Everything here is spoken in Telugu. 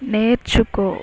నేర్చుకో